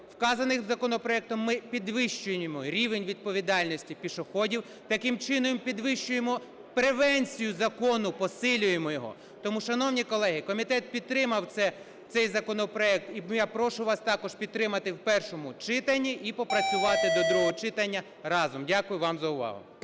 Вказаним законопроектом ми підвищуємо рівень відповідальності пішоходів. Таким чином підвищуємо превенцію закону, посилюємо його. Тому, шановні колеги, комітет підтримав цей законопроект. І я прошу вас також підтримати в першому читанні і попрацювати до другого читання разом. Дякую вам за увагу.